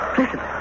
Listen